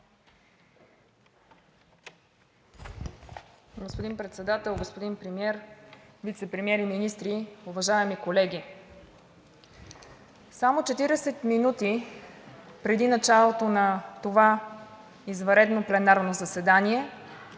Господин Председател, господин Премиер, вицепремиери, министри, уважаеми колеги! Само 40 минути преди началото на това извънредно пленарно заседание